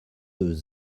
deux